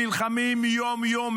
נלחמים יום-יום,